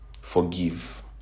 Forgive